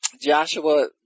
Joshua